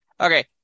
Okay